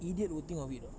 idiot will think of it ah